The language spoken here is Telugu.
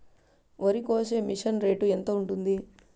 వరికోసే మిషన్ రేటు ఎంత ఉంటుంది?